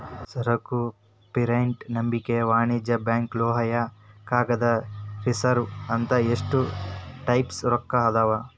ಸರಕು ಫಿಯೆಟ್ ನಂಬಿಕೆಯ ವಾಣಿಜ್ಯ ಬ್ಯಾಂಕ್ ಲೋಹೇಯ ಕಾಗದದ ರಿಸರ್ವ್ ಅಂತ ಇಷ್ಟ ಟೈಪ್ಸ್ ರೊಕ್ಕಾ ಅದಾವ್